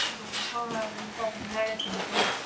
ꯎꯃ ꯍꯣꯏ ꯍꯣꯏ ꯍꯣꯏ ꯑꯗꯨꯝ ꯄꯥꯎ ꯐꯥꯎꯅꯔꯁꯤ ꯃꯇꯨꯡꯗ